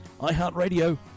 iHeartRadio